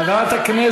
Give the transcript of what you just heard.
חבל על הזמן.